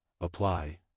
apply